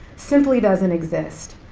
simply doesn't exist.